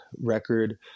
record